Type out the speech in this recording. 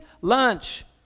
lunch